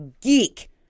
geek